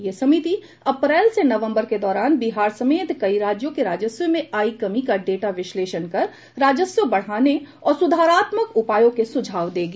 यह समिति अप्रैल से नवम्बर के दौरान बिहार समेत कई राज्यों के राजस्व में आई कमी का डेटा विश्लेषण कर राजस्व बढ़ाने और सुधारात्मक उपायों के सुझाव देगी